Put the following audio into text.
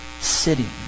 sitting